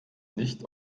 nicht